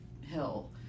hill